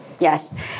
Yes